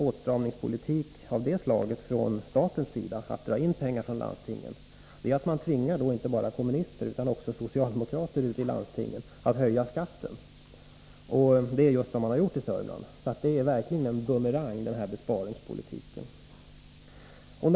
Det staten åstadkommer med sin åtstramningspolitik genom att dra in pengar från landstingen är att man tvingar inte bara kommunister utan även socialdemokrater ute i landstingen att höja skatten. Det är just vad man har gjort i Sörmland. Den här besparingspolitiken är verkligen en bumerang.